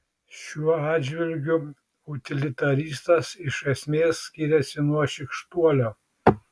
šiuo atžvilgiu utilitaristas iš esmės skiriasi nuo šykštuolio